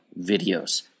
videos